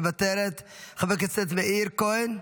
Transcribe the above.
מוותרת, חבר הכנסת מאיר כהן,